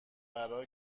برا